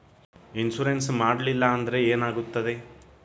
Insurance ಮಾಡಲಿಲ್ಲ ಅಂದ್ರೆ ಏನಾಗುತ್ತದೆ?